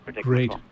Great